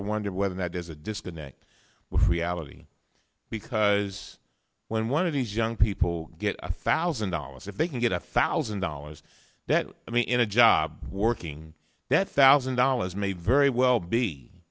i wonder whether that is a disconnect with reality because when one of these young people get a thousand dollars if they can get a thousand dollars that i mean in a job working that thousand dollars may very well be